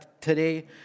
today